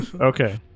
Okay